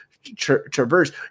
traverse